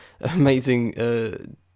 amazing